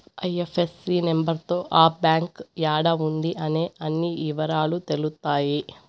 IFSC number తో ఆ bank యాడా ఉంది అనే అన్ని ఇవరాలు తెలుత్తాయి